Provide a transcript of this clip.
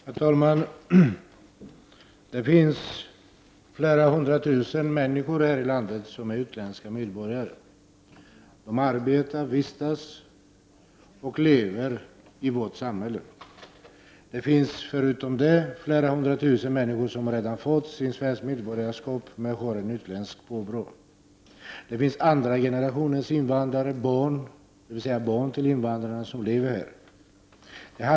Herr talman! Det finns flera hundra tusen människor här i landet som är utländska medborgare. De arbetar, vistas och lever i vårt samhälle. Det finns förutom dessa flera hundra tusen människor med utländskt påbrå som redan har fått svenskt medborgarskap. Här finns andra generationens invandrare, dvs. barn till de invandrare som lever här.